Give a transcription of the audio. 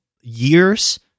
years